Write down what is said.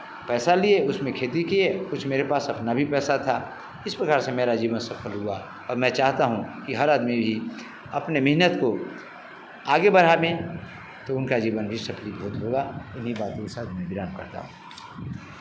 पैसा लिए उसमें खेती किए कुछ मेरे पास अपना भी पैसा था इस प्रकार से मेरा जीवन सफल हुआ और मैं चाहता हूँ कि हर आदमी भी अपने मेहनत को आगे बढ़ाने तो उनका जीवन भी सफलित बहुत होगा इन्ही बातों के साथ मैं विराम करता हूँ